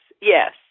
yes